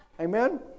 Amen